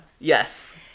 Yes